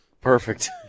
Perfect